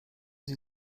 sie